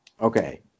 Okay